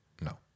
No